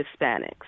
hispanics